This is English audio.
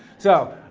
so,